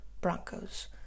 Broncos